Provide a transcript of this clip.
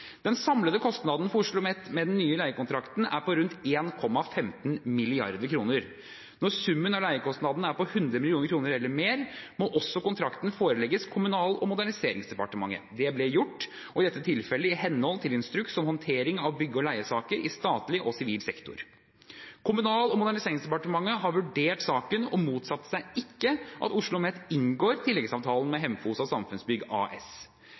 Den samlede kostnaden for OsloMet med den nye leiekontrakten er på rundt 1,15 mrd. kr. Når summen av leiekostnadene er på 100 mill. kr eller mer, må kontrakten forelegges Kommunal- og moderniseringsdepartementet. Det ble gjort i dette tilfellet, i henhold til instruks om håndtering av bygge- og leiesaker i statlig sivil sektor. Kommunal- og moderniseringsdepartementet har vurdert saken og motsatte seg ikke at OsloMet inngår tilleggsavtalen med Hemfosa Samfunnsbygg AS. Den 16. desember 2019 ga Kunnskapsdepartementet OsloMet fullmakt til å inngå leieavtale med Hemfosa Samfunnsbygg AS